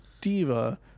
diva